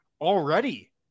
already